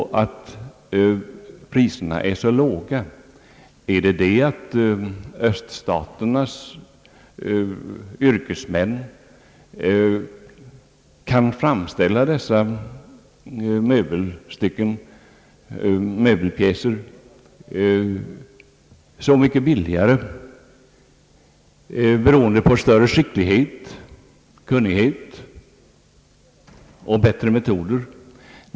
Kan öststaternas yrkesmän framställa dessa pjäser så mycket billigare beroende på större skicklighet och bättre metoder?